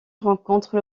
rencontre